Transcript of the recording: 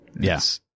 Yes